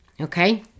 okay